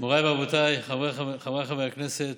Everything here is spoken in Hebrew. מוריי ורבותיי, חבריי חברי הכנסת,